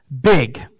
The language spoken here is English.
Big